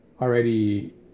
already